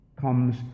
comes